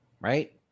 right